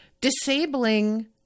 disabling